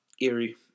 eerie